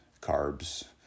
carbs